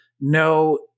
no